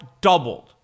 doubled